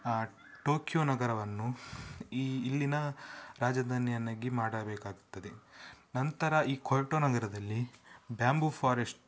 Tokyo ನಗರವನ್ನು ಈ ಇಲ್ಲಿನ ರಾಜಧಾನಿಯನ್ನಾಗಿ ಮಾಡಬೇಕಾಗುತ್ತದೆ ನಂತರ ಈ ಕೊಯ್ಟೋ ನಗರದಲ್ಲಿ ಬ್ಯಾಂಬು ಫಾರೆಶ್ಟ್